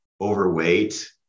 overweight